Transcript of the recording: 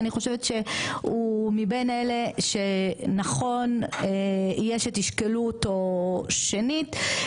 שאני חושבת שהוא מבין אלה שנכון יהיה שתשקלו אותו שנית.